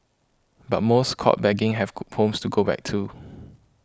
but most caught begging have homes to go back to